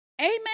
Amen